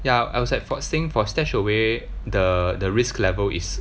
ya I was at first thinking for stash away the the risk level is